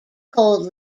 cold